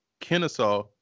Kennesaw